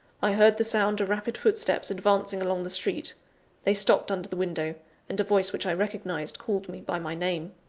i heard the sound of rapid footsteps advancing along the street they stopped under the window and a voice which i recognized, called me by my name.